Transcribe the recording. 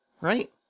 Right